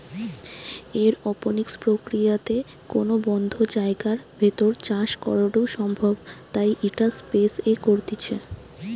aeroponics প্রক্রিয়াতে কোনো বদ্ধ জায়গার ভেতর চাষ করাঢু সম্ভব তাই ইটা স্পেস এ করতিছে